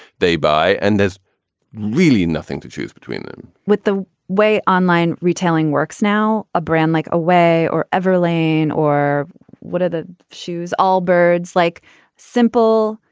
they buy and there's really nothing to choose between them with the way online retailing works now, a brand like a way or ever lane or what are the shoes? all birds like simple.